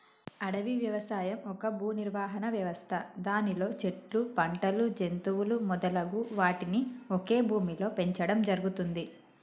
అడవి వ్యవసాయం ఒక భూనిర్వహణ వ్యవస్థ దానిలో చెట్లు, పంటలు, జంతువులు మొదలగు వాటిని ఒకే భూమిలో పెంచడం జరుగుతుంది